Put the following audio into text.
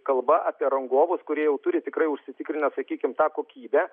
kalba apie rangovus kurie jau turi tikrai užsitikrinę sakykim tą kokybę